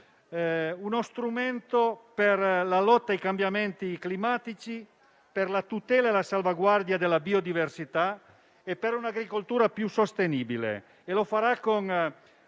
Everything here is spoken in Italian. uno strumento per la lotta ai cambiamenti climatici, per la tutela e la salvaguardia della biodiversità e per un'agricoltura più sostenibile.